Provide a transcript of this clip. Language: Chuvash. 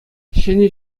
ҫӗнӗ